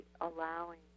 allowing